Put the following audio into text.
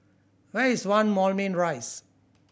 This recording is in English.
where is One Moulmein Rise